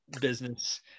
business